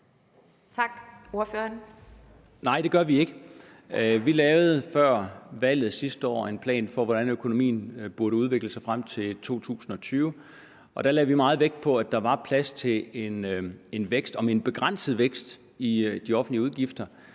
Dahl (DF): Nej, det gør vi ikke. Vi lavede før valget sidste år en plan for, hvordan økonomien burde udvikle sig frem til 2020, og der lagde vi meget vægt på, at der er plads til en omend begrænset vækst i de offentlige udgifter